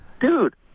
Dude